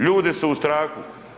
Ljudi su u strahu.